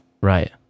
Right